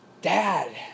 Dad